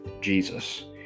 Jesus